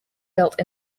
built